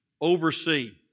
oversee